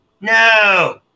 no